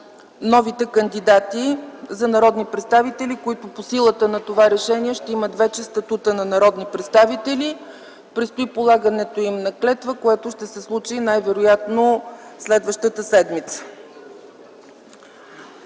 новите кандидати за народни представители, които, по силата на това решение, ще имат вече статута на народни представители. Предстои полагането на клетва, което най-вероятно ще се случи следващата седмица.